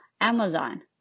Amazon